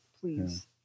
Please